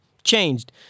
changed